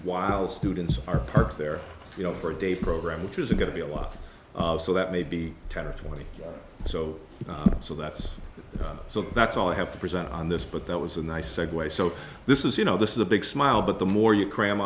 while students are parked there you know for a day program which isn't going to be a lot of so that maybe ten or twenty so so that's so that's all i have to present on this but that was a nice segue so this is you know this is a big smile but the more you cram